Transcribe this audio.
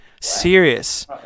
Serious